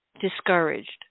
discouraged